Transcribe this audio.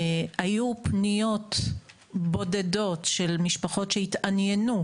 היו פניות בודדות של משפחות שהתעניינו,